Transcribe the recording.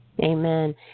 Amen